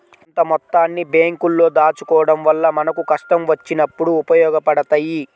కొంత మొత్తాన్ని బ్యేంకుల్లో దాచుకోడం వల్ల మనకు కష్టం వచ్చినప్పుడు ఉపయోగపడతయ్యి